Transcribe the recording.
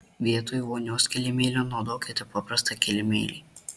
vietoj vonios kilimėlio naudokite paprastą kilimėlį